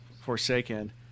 forsaken